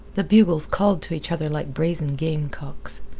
the bugles called to each other like brazen gamecocks.